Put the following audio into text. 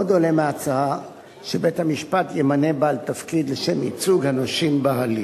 עוד עולה מההצעה שבית-המשפט ימנה בעל תפקיד לשם ייצוג הנושים בהליך.